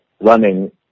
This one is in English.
running